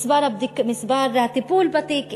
מספר הטיפול בתיק,